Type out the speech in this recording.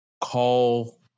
call